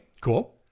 Cool